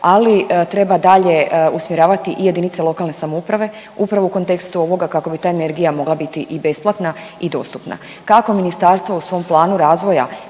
ali treba dalje usmjeravati i jedinice lokalne samouprave upravo u kontekstu ovoga kako bi ta energija mogla biti i besplatna i dostupna. Kako ministarstvo u svom planu razvoja